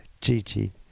Gigi